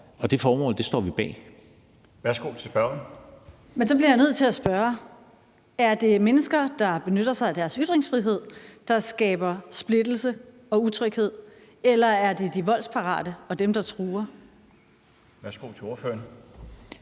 Kl. 20:33 Pernille Vermund (NB): Men så bliver jeg nødt til at spørge: Er det mennesker, der benytter sig af deres ytringsfrihed, der skaber splittelse og utryghed, eller er det de voldsparate og dem, der truer? Kl. 20:33 Den